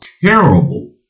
terrible